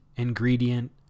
ingredient